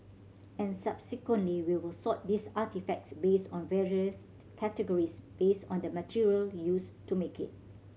and subsequently we will sort these artefacts based on various categories based on the material used to make it